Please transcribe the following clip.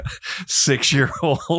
six-year-old